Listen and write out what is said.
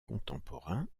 contemporains